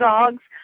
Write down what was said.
Dogs